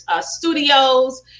studios